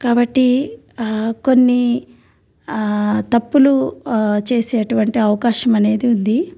కాబట్టి కొన్ని తప్పులు చేసేటువంటి అవకాశం అనేది ఉంది